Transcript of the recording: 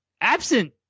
absent